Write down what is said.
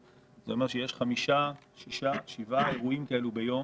אומרים שיש שישה-שבעה אירועים כאלה ביום